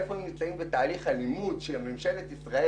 איפה הם נמצאים בתוך תהליך הלימוד של ממשלת ישראל